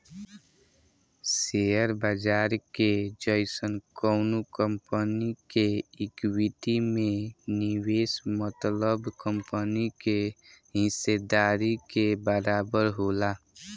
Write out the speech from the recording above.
share बाजार के जइसन कवनो कंपनी के इक्विटी में निवेश मतलब कंपनी के हिस्सेदारी के बराबर होला